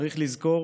צריך לזכור